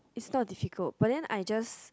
is not difficult but then I just